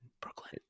Brooklyn